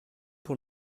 pour